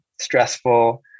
stressful